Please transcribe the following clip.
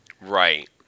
Right